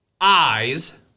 eyes